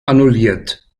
annulliert